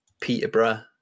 Peterborough